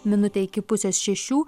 minutė iki pusės šešių